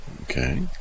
Okay